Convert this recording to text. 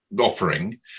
Offering